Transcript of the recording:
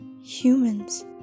humans